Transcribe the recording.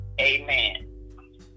amen